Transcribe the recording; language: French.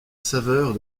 saveur